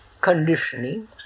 conditioning